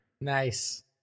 Nice